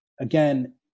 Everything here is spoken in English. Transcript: again